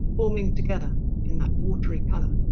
forming together in that watery colour.